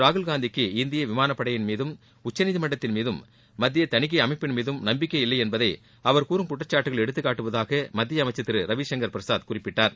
ராகுல் காந்திக்கு இந்திய விமானப்படையின் மீதம் உச்சநீதிமன்றத்தின் மீதம் மத்திய தனிக்கை அமைப்பின் மீதும் நப்பிக்கை இல்லை என்பதை அவர் கூறும் குற்றக்காட்டுகள் எடுத்துக்காட்டுவதாக மத்திய அமைச்சர் திரு ரவிசங்கர் பிரசாத் குறிப்பிட்டார்